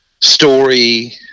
story